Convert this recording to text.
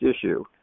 issue